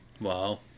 Wow